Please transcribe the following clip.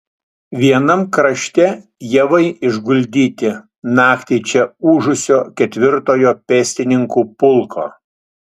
vienam krašte javai išguldyti naktį čia ūžusio ketvirtojo pėstininkų pulko